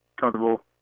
comfortable